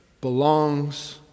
belongs